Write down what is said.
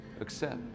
Accept